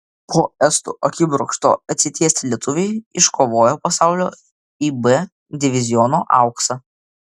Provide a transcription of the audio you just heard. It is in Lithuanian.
po estų akibrokšto atsitiesę lietuviai iškovojo pasaulio ib diviziono auksą